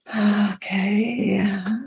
Okay